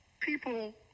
people